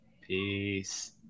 peace